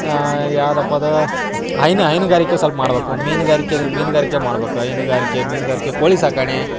ಯಾವುದಪ್ಪ ಅದು ಹೈನ ಹೈನುಗಾರಿಕೆ ಸ್ವಲ್ಪ ಮಾಡಬೇಕು ಮೀನುಗಾರಿಕೆ ಇದ್ರ ಮೀನುಗಾರಿಕೆ ಮಾಡ್ಬೇಕು ಹೈನುಗಾರಿಕೆ ಮೀನುಗಾರಿಕೆ ಕೋಳಿ ಸಾಕಣೆ